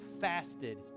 fasted